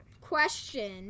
question